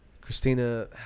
Christina